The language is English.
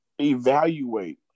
evaluate